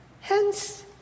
Hence